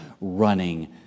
running